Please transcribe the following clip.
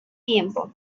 tiempo